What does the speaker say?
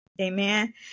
amen